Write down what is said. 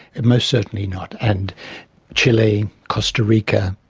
most certainly not and chile, costa rica,